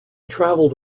travelled